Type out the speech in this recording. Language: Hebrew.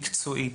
מקצועית,